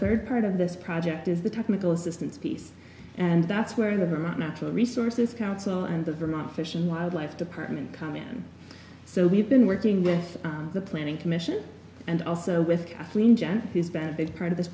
third part of this project is the technical assistance piece and that's where the vermont natural resources council and the vermont fish and wildlife department come in so we've been working with the planning commission and also with kathleen jen who's been a big part of this